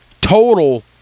total